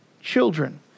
children